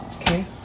Okay